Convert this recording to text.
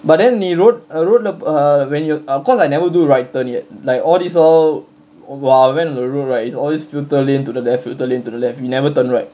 but then நீ:nee road road lah uh when you uh cause I never do right turn yet like all these while while I went on the road right it's always filter lane to the left filter lane to the left we never turn right